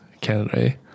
Canada